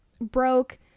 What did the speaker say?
broke